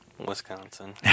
wisconsin